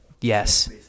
yes